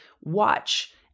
Watch